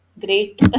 Great